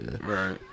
Right